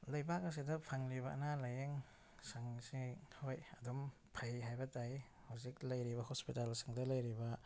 ꯂꯩꯕꯥꯛ ꯑꯁꯤꯗ ꯐꯪꯂꯤꯕ ꯑꯅꯥ ꯂꯥꯏꯌꯦꯡ ꯁꯪꯁꯤ ꯍꯣꯏ ꯑꯗꯨꯝ ꯐꯩ ꯍꯥꯏꯕ ꯇꯥꯏ ꯍꯧꯖꯤꯛ ꯂꯩꯔꯤꯕ ꯍꯣꯁꯄꯤꯇꯥꯜꯁꯤꯡꯗ ꯂꯩꯔꯤꯕ